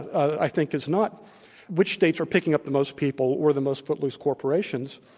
i think, is not which states are picking up the most people or the most footloose corporations,